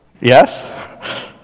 Yes